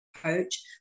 coach